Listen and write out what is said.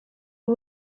ubu